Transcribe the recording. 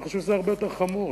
אני חושב שזה הרבה יותר חמור.